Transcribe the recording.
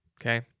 okay